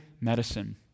medicine